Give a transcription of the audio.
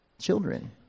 Children